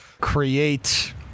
create